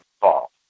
Fall